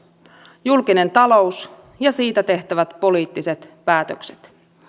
julkinen talous ja siitä tehtävät poliittiset päätökset